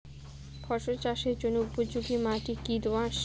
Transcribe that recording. ফসল চাষের জন্য উপযোগি মাটি কী দোআঁশ?